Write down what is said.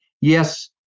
Yes